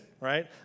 right